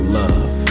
love